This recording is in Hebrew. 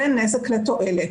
בין נזק לתועלת.